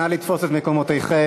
נא לתפוס את מקומותיכם,